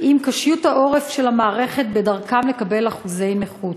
עם קשיות העורף של המערכת בדרכם לקבל אחוזי נכות.